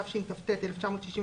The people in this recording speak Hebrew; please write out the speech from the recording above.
התשכ"ט-1969),